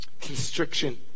constriction